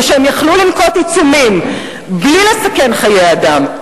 כשיכלו לנקוט עיצומים בלי לסכן חיי אדם,